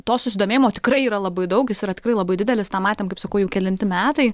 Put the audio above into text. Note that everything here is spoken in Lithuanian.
to susidomėjimo tikrai yra labai daug jis yra tikrai labai didelis tą matėm kaip seku jau kelinti metai